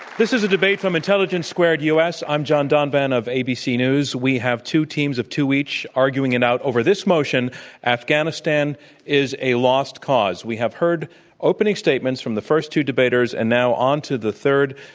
this is a debate from intelligence squared u. s. i'm jon donvan of abc news. we have two teams of two each arguing it out over this motion afghanistan is a lost cause. we have heard opening statements from the first two debaters and now on to the third.